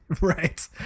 Right